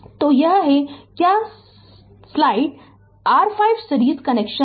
Refer slide time 1238 तो यह है क्या स्लाइड R5 सीरीज कनेक्शन में देगा